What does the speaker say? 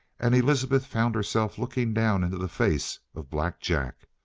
and elizabeth found herself looking down into the face of black jack,